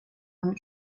und